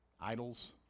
idols